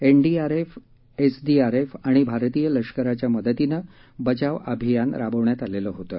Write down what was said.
NDRF SDRF आणि भारतीय लश्कराच्या मदतीनं बचाव अभियान राबवण्यात आलेलं होतं